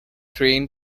train